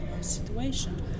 situation